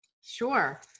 Sure